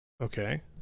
okay